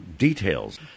details